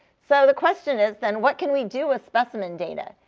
so the question is, then, what can we do with specimen data?